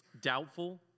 doubtful